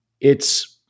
it's-